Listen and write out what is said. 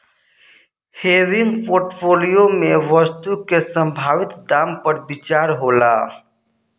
हेविंग portfolio में वस्तु के संभावित दाम पर विचार होला